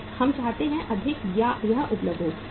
अधिक हम चाहते हैं अधिक यह उपलब्ध है